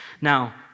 Now